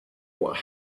what